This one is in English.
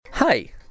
Hi